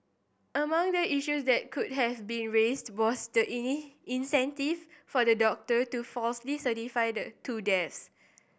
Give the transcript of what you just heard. among the issues that could have been raised was the incentive for the doctor to falsely certify the two deaths